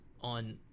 on